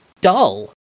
dull